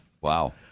Wow